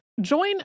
Join